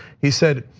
he said,